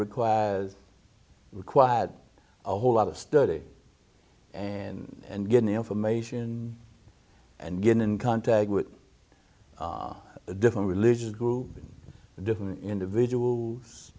require require a whole lot of study and and get information and get in contact with a different religious group different individual